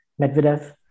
Medvedev